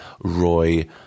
Roy